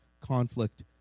conflict